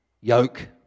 yoke